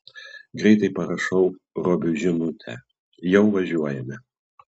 greitai parašau robiui žinutę jau važiuojame